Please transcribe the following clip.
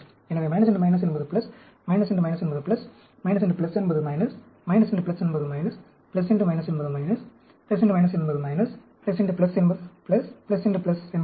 எனவே என்பது என்பது என்பது என்பது என்பது என்பது என்பது என்பது